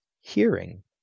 hearing